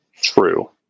True